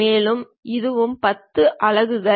மேலும் இதுவும் 10 அலகுகள்